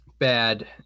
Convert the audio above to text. bad